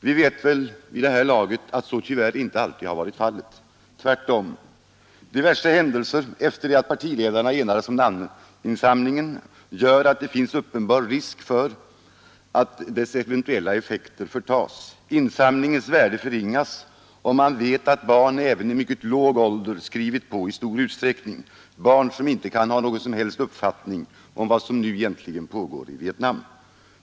Vi vet väl vid det här laget att så tyvärr inte alltid har varit fallet, tvärtom. Diverse händelser efter det att partiledarna enades om namninsamlingen gör att det finns uppenbar risk för att dess eventuella effekter förtas. Insamlingens värde förringas, om man vet att barn även i mycket låg ålder skrivit på i stor utsträckning, barn som inte kan ha någon som helst uppfattning om vad som nu egentligen pågår i Vietnam.